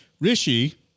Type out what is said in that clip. Rishi